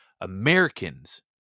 americans